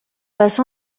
passe